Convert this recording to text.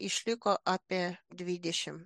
išliko apie dvidešimt